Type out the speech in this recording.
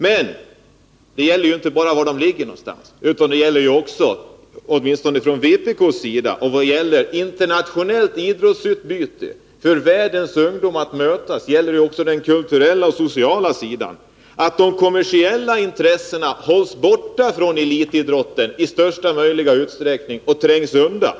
Men frågan är inte bara var spelen skall förläggas. Åtminstone vi från vpk hävdar att det vid ett internationellt idrottsutbyte också gäller för världens ungdom att kunna mötas kulturellt och socialt och att de kommersiella intressena bör hållas borta från elitidrotten i största möjliga utsträckning eller trängas undan.